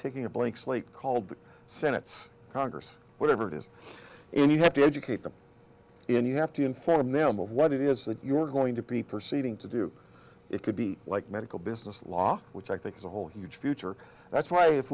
taking a blank slate called the senate's congress whatever it is and you have to educate them and you have to inform them of what it is that you're going to be perceiving to do it could be like medical business law which i think is a whole huge future that's why if